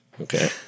Okay